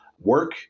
work